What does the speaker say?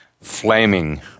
flaming